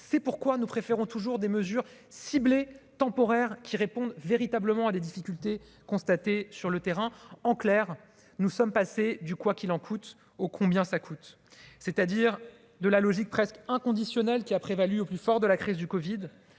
c'est pourquoi nous préférons toujours des mesures ciblées, temporaires qui réponde véritablement à des difficultés constatées sur le terrain, en clair, nous sommes passés du quoi qu'il en coûte au combien ça coûte, c'est-à-dire de la logique presque inconditionnel qui a prévalu au plus fort de la crise du Covid